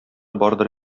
бардыр